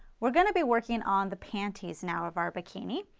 we are going to be working on the panties now of our bikini.